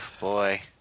boy